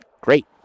great